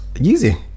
easy